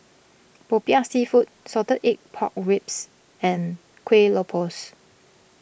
Popiah Seafood Salted Egg Pork Ribs and Kueh Lopes